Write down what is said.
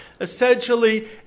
Essentially